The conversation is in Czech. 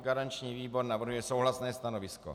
Garanční výbor navrhuje souhlasné stanovisko.